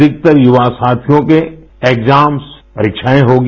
अधिकतर युवा साथियों के एग्जााम्स परिक्षाए होंगी